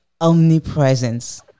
omnipresence